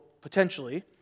potentially